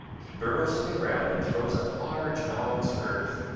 he burrows in the ground and throws up large mounds of earth.